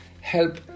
help